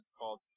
called